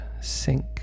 sink